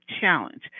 challenge